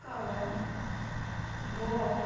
কারণ বক